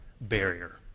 barrier